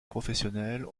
professionnelles